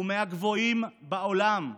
מהגבוהים בעולם,